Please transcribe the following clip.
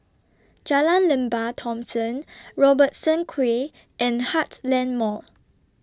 Jalan Lembah Thomson Robertson Quay and Heartland Mall